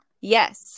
yes